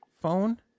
phone